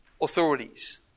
authorities